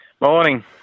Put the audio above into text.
Morning